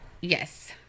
Yes